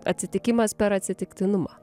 atsitikimas per atsitiktinumą